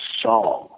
song